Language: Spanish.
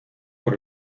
por